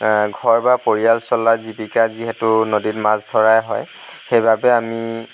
ঘৰ বা পৰিয়াল চলা জীৱিকা যিহেতু নদীত মাছ ধৰাই হয় সেইবাবে আমি